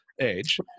age